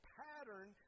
pattern